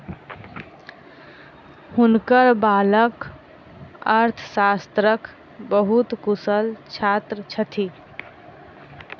हुनकर बालक अर्थशास्त्रक बहुत कुशल छात्र छथि